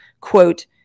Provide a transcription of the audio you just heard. quote